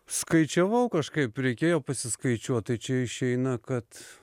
skaičiavau kažkaip reikėjo pasiskaičiuot tai čia išeina kad